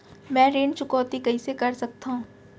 मैं ऋण चुकौती कइसे कर सकथव?